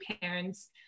parents